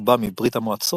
רובם מברית המועצות,